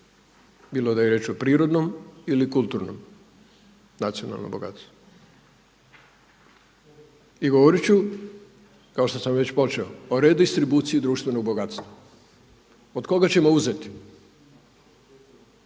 bilo da je riječ o prirodnom ili kulturnom nacionalnom bogatstvu. I govoriti ću kao što sam već počeo o redistribuciji društvenog bogatstva. Od koga ćemo uzeti?